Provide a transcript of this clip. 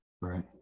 Right